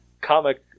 comic